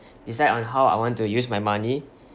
decide on how I want to use my money